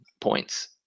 points